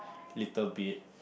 little bit